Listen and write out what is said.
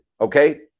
okay